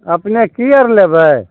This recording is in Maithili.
अपने की आर लेबै